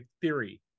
theory